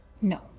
No